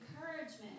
encouragement